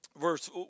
verse